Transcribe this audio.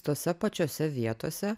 tose pačiose vietose